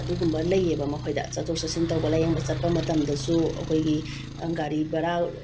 ꯑꯗꯨꯒꯨꯝꯕ ꯂꯩꯑꯦꯕ ꯃꯈꯣꯏꯗ ꯆꯠꯊꯣꯛ ꯆꯠꯁꯤꯟ ꯇꯧꯕ ꯂꯥꯏꯌꯦꯡꯕ ꯆꯠꯄ ꯃꯇꯝꯗꯁꯨ ꯑꯩꯈꯣꯏꯒꯤ ꯒꯥꯔꯤ ꯚꯔꯥ